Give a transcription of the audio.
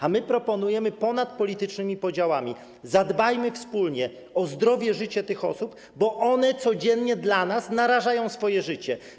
A my proponujemy ponad politycznymi podziałami: zadbajmy wspólnie o zdrowie, życie tych osób, bo one codziennie dla nas narażają swoje życie.